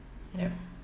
yup